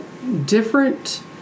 different